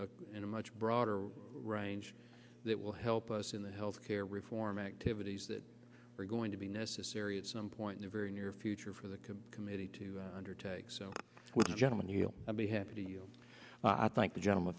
but in a much broader range that will help us in the health care reform activities that were going to be necessary at some point in a very near future for the committee to undertake so with a gentleman you i'd be happy to you i thank the gen